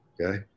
okay